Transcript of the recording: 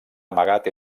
amagat